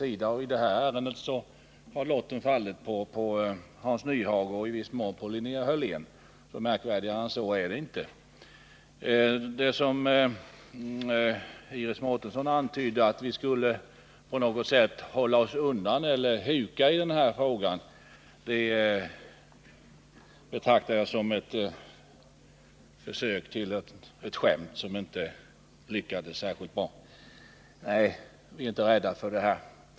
I det här ärendet har lotten fallit på Hans Nyhage och Linnea Hörlén. Märkvärdigare än så är det inte. Iris Mårtensson antydde att vi skulle hålla oss undan eller huka oss i den här frågan. Men det betraktar jag som ett försök till ett mindre lyckat skämt. Nej, vi är inte rädda för att delta i debatten.